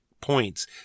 points